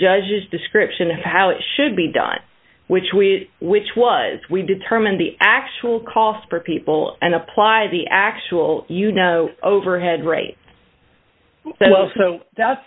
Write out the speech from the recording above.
judge's description of how it should be done which we which was we determine the actual cost for people and apply the actual you know overhead rate so that's